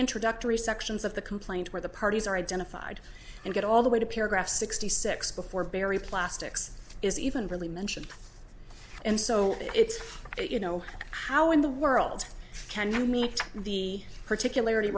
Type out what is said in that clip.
introductory sections of the complaint where the parties are identified and get all the way to paragraph sixty six before barry plastics is even really mentioned and so it's you know how in the world can i make the particular